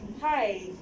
hi